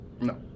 No